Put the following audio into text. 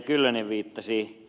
kyllönen viittasi